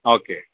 okay